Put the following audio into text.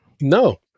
No